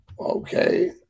Okay